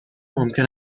ممکن